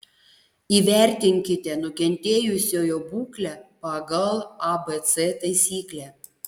įvertinkite nukentėjusiojo būklę pagal abc taisyklę